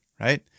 right